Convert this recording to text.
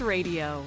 Radio